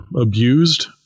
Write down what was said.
abused